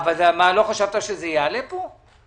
לא חשבת שזה יעלה פה?